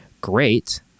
great